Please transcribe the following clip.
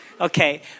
Okay